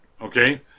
okay